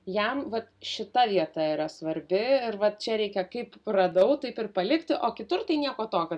jam vat šita vieta yra svarbi ir va čia reikia kaip radau taip ir palikti o kitur tai nieko tokio